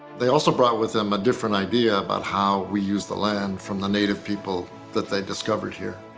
they also brought with them a different idea about how we use the land from the native people that they discovered here.